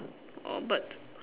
oh but